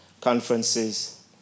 conferences